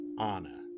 Anna